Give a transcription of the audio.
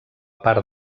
part